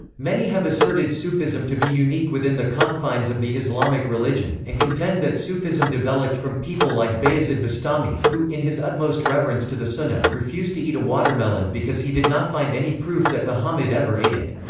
many have asserted sufism to be unique within the confines of the islamic religion, and contend that sufism developed from people like bayazid bastami, who, in his utmost reverence to the sunnah, refused to eat a watermelon because he did not find any proof that muhammad ever ate it.